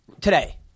today